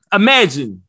imagine